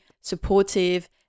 supportive